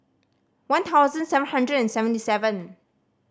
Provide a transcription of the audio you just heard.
one thousand seven hundred and seventy seven